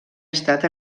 estat